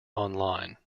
online